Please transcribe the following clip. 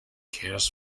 cares